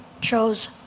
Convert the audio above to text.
chose